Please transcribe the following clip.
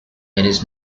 carries